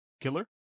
Killer